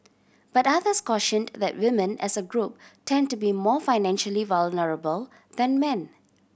but others cautioned that women as a group tend to be more financially vulnerable than men